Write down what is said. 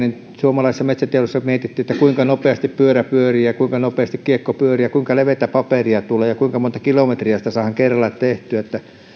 suomalaisessa metsäteollisuudessa mietittiin kuinka nopeasti pyörä pyörii ja kuinka nopeasti kiekko pyörii ja kuinka leveätä paperia tulee ja kuinka monta kilometriä sitä saadaan kerralla tehtyä